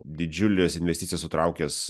didžiules investicijas sutraukęs